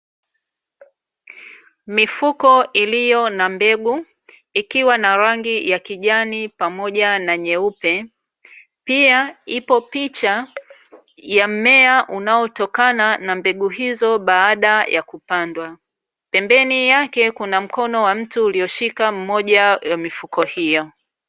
Mifuko iliyo na mbegu, ikiwa na rangi ya kijani pamoja na nyeupe, pia ipo picha ya mmea unaotokana na mbegu hizo baada ya kupandwa. Pembeni yake kuna mkono wa mtu, uliyoshika mmoja ya mifuko hiyo.